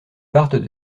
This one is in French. partent